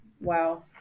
wow